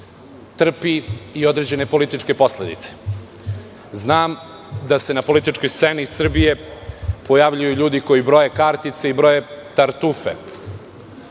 trpi i određene političke posledice. Znam da se na političkoj sceni Srbije pojavljuju ljudi koji broje kartice i broje tartufe.